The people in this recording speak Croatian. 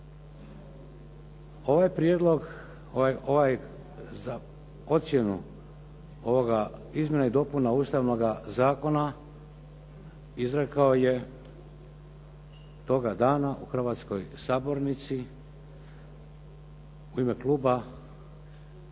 Ovaj prijedlog, ovaj za ocjenu ovoga, izmjena i dopuna Ustavnoga zakona izrekao je toga dana u Hrvatskoj sabornici u ime Kluba